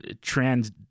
trans